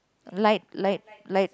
light light light